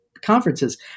conferences